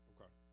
Okay